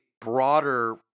broader